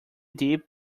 dip